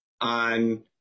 on